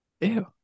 Ew